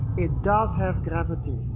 it does have gravity.